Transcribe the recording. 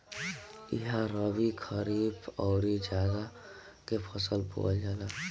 इहा रबी, खरीफ अउरी जायद के फसल बोअल जाला